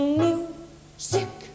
music